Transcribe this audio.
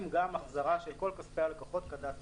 גם החזרה של כל כספי הלקוחות כדת וכדין.